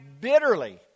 bitterly